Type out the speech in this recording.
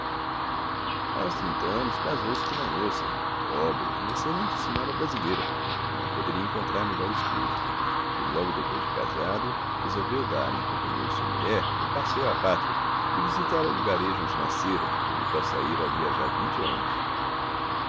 aos trinta anos casou-se com uma moça pobre uma excelente senhora brasileira que não poderia encontrar melhor esposo e logo depois de casado resolveu dar em companhia de sua mulher um passeio à pátria e visitar o lugarejo onde nascera e do qual saíra havia já vinte anos